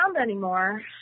anymore